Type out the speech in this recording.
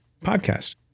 Podcast